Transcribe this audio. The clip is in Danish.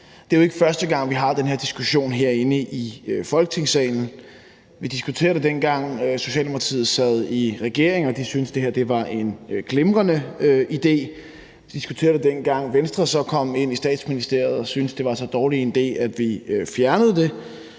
Det er jo ikke første gang, vi har den her diskussion i Folketingssalen. Vi diskuterede det, dengang Socialdemokratiet sad i regering og syntes, at det her var en glimrende idé. Vi diskuterede det dengang, Venstre så kom ind i Statsministeriet og syntes, at det var så dårlig en idé, at vi fjernede det.